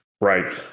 right